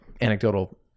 anecdotal